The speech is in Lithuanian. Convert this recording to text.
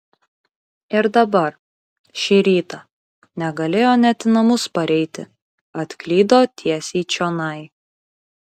ir dabar šį rytą negalėjo net į namus pareiti atklydo tiesiai čionai